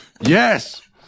Yes